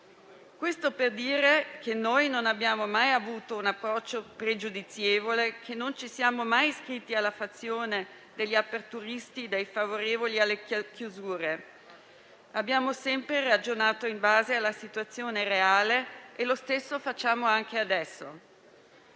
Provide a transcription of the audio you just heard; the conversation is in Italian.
Questo per dire che non abbiamo mai avuto un approccio pregiudizievole e non ci siamo mai iscritti alla fazione degli aperturisti o dei favorevoli alle chiusure, ma abbiamo sempre ragionato in base alla situazione reale e lo stesso facciamo anche adesso.